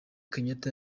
kenyatta